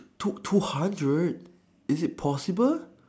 two two hundred is it possible